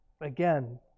Again